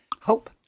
hope